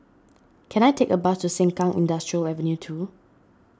can I take a bus to Sengkang Industrial Avenue two